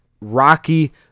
Rocky